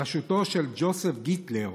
בראשותו של ג'וזף גיטלר,